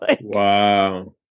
wow